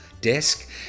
desk